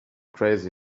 crazy